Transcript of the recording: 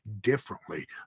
differently